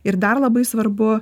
ir dar labai svarbu